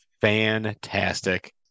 fantastic